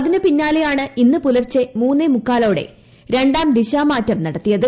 അതിനു പിന്നാലെയാണ് ഇന്ന് പുലർച്ചെ മൂന്നേമുക്കാലോടെ രണ്ടാം ദിശാമാറ്റം നടത്തിയത്